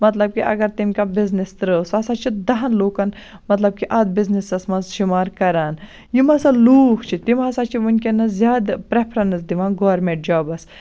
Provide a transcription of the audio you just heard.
مَطلَب کہِ اَگَر تٔمۍ کانٛہہ بِزنِس ترٛٲو سُہ ہَسا چھِ دَہَن لوٗکَن مَطلَب کہِ اتھ بِزنِسَس مَنٛز شُمار کَران یِم ہَسا لوٗکھ چھِ تِم ہَسا چھِ وُنکیٚنَس زیادٕ پریٚفرنس دِوان گورمِنٹ جابَس